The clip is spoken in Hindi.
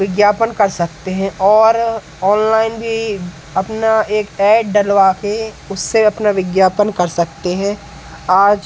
विज्ञापन कर सकते हैं और ऑनलाइन भी अपना एक ऐड डलवा कर उससे अपना विज्ञापन कर सकते हैं आज